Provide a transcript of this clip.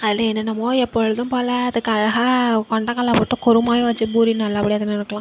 அதில் என்னன்னமோ எப்பொழுதும் போல் அதுக்கு அழகாக கொண்டக்கடல்ல போட்டு குருமாவே வச்சி பூரி நல்லபடியாக தின்னிருக்கலாம்